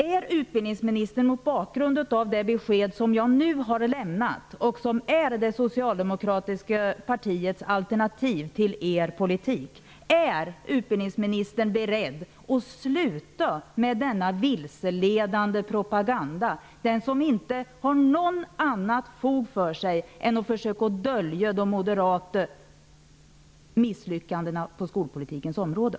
Är utbildningsministern mot bakgrund av det besked som jag nu har lämnat, och som är det socialdemokratiska partiets alternativ till er politik, beredd att sluta med denna vilseledande propaganda, som inte har något annat fog för sig än att försöka dölja de moderata misslyckandena på skolpolitikens område?